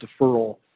deferral